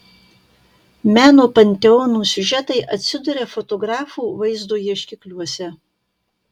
meno panteonų siužetai atsiduria fotografų vaizdo ieškikliuose